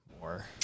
more